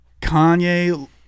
kanye